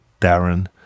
Darren